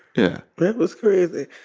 yeah, that was crazy.